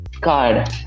card